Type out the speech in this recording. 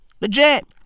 Legit